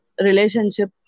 relationship